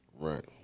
Right